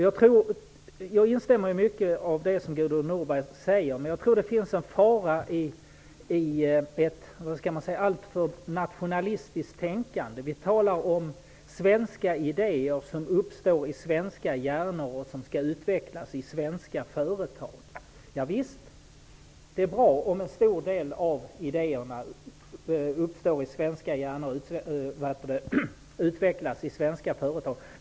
Jag instämmer i mycket av det som Gudrun Norberg säger, men jag tror att det finns en fara i ett alltför nationalistiskt tänkande. Vi talar om svenska idéer som uppstår i svenska hjärnor och som skall utvecklas i svenska företag. Ja visst, det är bra om en stor del av idéerna uppstår i svenska hjärnor varefter de utvecklas i svenska företag.